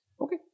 Okay